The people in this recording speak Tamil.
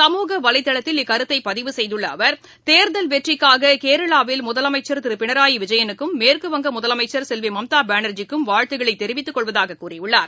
சமூகவலைதளத்தில் இக்கருத்தை பதிவு செய்துள்ள அவர் தேர்தல் வெற்றிக்காக கேரளாவில் முதலமைச்சர் திரு பினராயி விஜயனுக்கும் மேற்குவங்க முதலமைச்சர் கெல்வி மம்தா பானர்ஜிக்கும் வாழ்த்துக்களை தெரிவித்துக் கொள்வதாக கூறியுள்ளார்